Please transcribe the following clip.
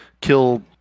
kill